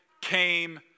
came